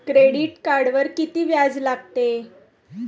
Credit कार्डवर किती व्याज लागते?